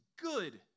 good